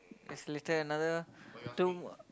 it's little another two